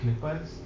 Clippers